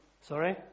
Sorry